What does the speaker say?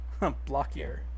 blockier